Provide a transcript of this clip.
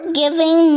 giving